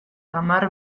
tamar